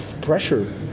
pressure